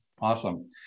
Awesome